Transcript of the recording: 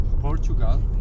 Portugal